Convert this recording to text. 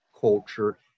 culture